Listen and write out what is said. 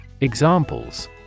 Examples